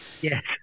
Yes